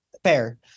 Fair